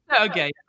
Okay